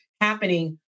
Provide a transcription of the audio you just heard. happening